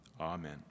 Amen